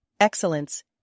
excellence